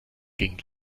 gegen